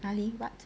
哪里 what